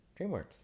DreamWorks